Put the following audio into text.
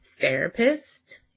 therapist